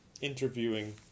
interviewing